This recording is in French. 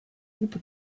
groupe